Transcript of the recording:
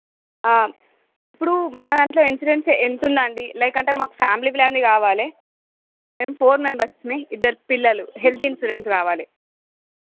ఇప్పుడు మన దాంట్లో ఇన్సూరెన్స్ ఎంతుందండి లైక్ అంటే మాకు ఫ్యామిలీ ప్లాన్ది కావాలి మేము ఫోర్ మెంబెర్స్మి ఇద్దరు పిల్లలు హెల్థ్ ఇన్సురెన్స్ కావాలి